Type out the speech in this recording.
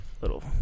little